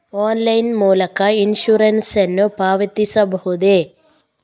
Online ಮೂಲಕ insurance ನ್ನು ಪಾವತಿಸಬಹುದೇ?